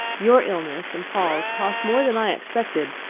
your illness and paul's cost more than i expected,